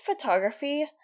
photography